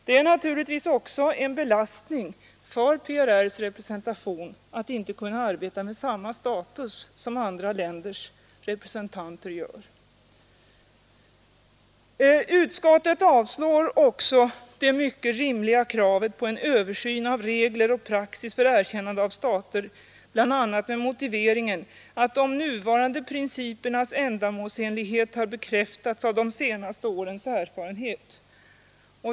Det är naturligtvis också en belastning för PRR :s representation att inte kunna arbeta med samma status som andra länders representanter. Utskottet avslår också det mycket rimliga kravet på en översyn av regler och praxis för erkännande av stater, bl.a. med motiveringen att de nuvarande ”principernas ändamålsenlighet har bekräftats av de senaste årens erfarenheter”.